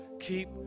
keep